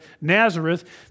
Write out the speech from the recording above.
Nazareth